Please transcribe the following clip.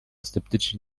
sceptyczni